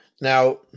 now